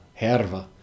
Herva